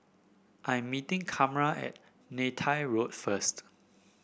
I'm meeting Carma at Neythai Road first